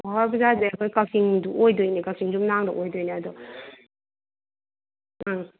ꯕꯖꯥꯔꯗꯩ ꯑꯩꯈꯣꯏ ꯀꯛꯆꯤꯡꯗꯨ ꯑꯣꯏꯗꯣꯏꯅꯦ ꯀꯛꯆꯤꯡ ꯌꯨꯝꯅꯥꯡꯗꯣ ꯑꯣꯏꯗꯣꯏꯅꯦ ꯑꯗꯣ ꯎꯝ